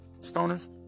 Stoners